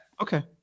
Okay